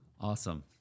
Awesome